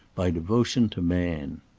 by devotion to man.